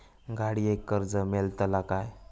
गाडयेक कर्ज मेलतला काय?